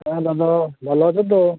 হ্যাঁ দাদা ভালো আছো তো